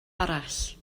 arall